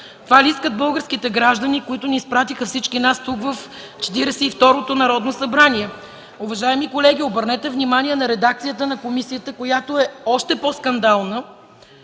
Това ли искат българските граждани, които ни изпратиха всички нас тук в Четиридесет и второто Народно събрание? Уважаеми колеги, обърнете внимание на редакцията на комисията, която е още по-скандална: